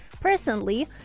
Personally